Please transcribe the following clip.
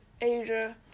Asia